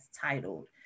titled